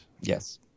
yes